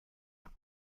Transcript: sale